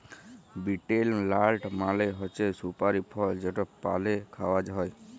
betel লাট মালে হছে সুপারি ফল যেট পালে খাউয়া হ্যয়